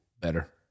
better